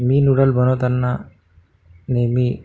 मी noodle बनवताना नेहमी